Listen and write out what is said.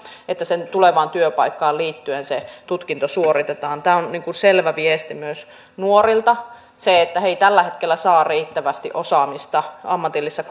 että se tutkinto tulevaan työpaikkaan liittyen suoritetaan tämä on selvä viesti myös nuorilta että he eivät tällä hetkellä saa riittävästi osaamista ammatillisissa